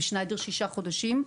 בשניידר שישה חודשים.